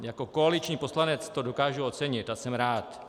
Jako koaliční poslanec to dokážu ocenit a jsem rád.